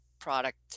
product